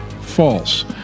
false